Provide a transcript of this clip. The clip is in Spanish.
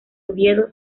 oviedo